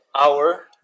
hour